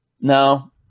no